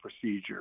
procedure